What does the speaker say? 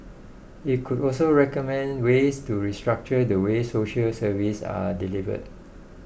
it could also recommend ways to restructure the way social services are delivered